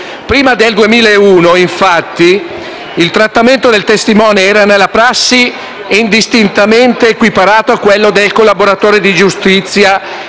Prima del 2001, infatti, il trattamento del testimone, nella prassi, era indistintamente equiparato a quello del collaboratore di giustizia